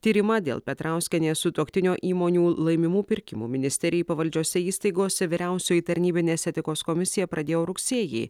tyrimą dėl petrauskienės sutuoktinio įmonių laimimų pirkimų ministerijai pavaldžiose įstaigose vyriausioji tarnybinės etikos komisija pradėjo rugsėjį